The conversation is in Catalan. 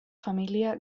família